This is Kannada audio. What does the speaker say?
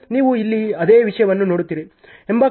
ನೀವು ಇಲ್ಲಿ ಅದೇ ವಿಷಯವನ್ನು ನೋಡುತ್ತೀರಿ